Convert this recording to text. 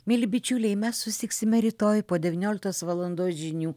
mieli bičiuliai mes susitiksime rytoj po devynioliktos valandos žinių